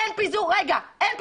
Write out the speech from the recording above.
אין פיזור צודק,